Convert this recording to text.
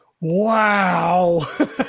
Wow